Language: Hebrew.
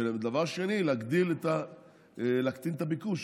ודבר שני, להקטין את הביקוש.